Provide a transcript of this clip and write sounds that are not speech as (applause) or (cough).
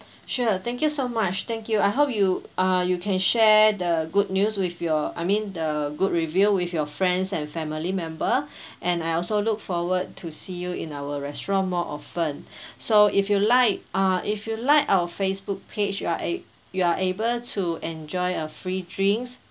sure thank you so much thank you I hope you uh you can share the good news with your I mean the good review with your friends and family member (breath) and I also look forward to see you in our restaurant more often (breath) so if you like uh if you like our Facebook page you are a~ you are able to enjoy a free drinks